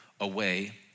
away